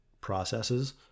processes